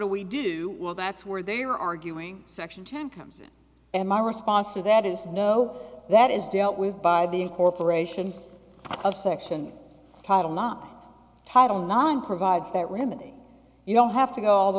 do we do well that's where they're arguing section time comes in and my response to that is no that is dealt with by the incorporation of section title not title non provides that remedy you don't have to go all the